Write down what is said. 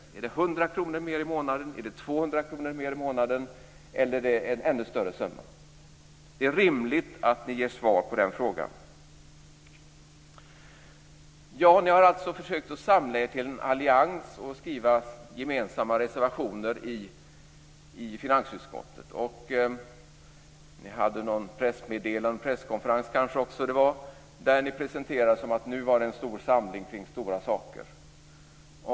Är det 100 kr mer i månaden? Är det 200 kr mer i månaden? Eller är det en ännu större summa? Det är rimligt att ni ger svar på frågorna. Ni har alltså försökt att samla er till en allians och skriva gemensamma reservationer i finansutskottet. Ni hade en presskonferens där ni presenterade det hela som en stor samling kring stora saker.